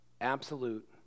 absolute